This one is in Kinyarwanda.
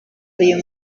uyu